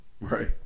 right